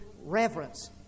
reverence